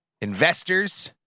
investors